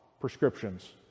prescriptions